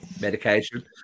medication